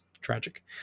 tragic